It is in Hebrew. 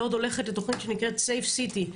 לוד הופכת safe city ,